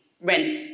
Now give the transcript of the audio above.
rent